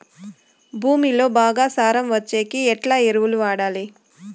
భూమిలో బాగా సారం వచ్చేకి ఎట్లా ఎరువులు వాడాలి?